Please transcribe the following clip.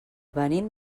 venim